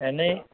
এনেই